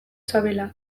sabela